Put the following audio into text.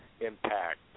Impact